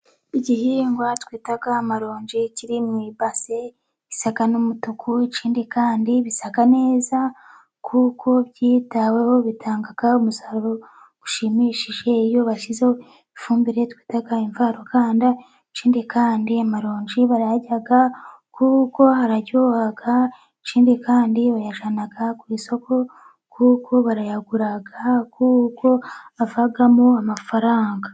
Igihingwa twita amaronji kiri mu ibasi isa n'umutuku. Ikindi kandi bisa neza kuko byitaweho, bitanga umusaruro ushimishije iyo bashyizeho ifumbire twita imvaruganda. Ikindi kandi amaronji barayarya kuko aryoha, ikindi kandi bayajyana ku isoko kuko barayagura kuko avamo amafaranga.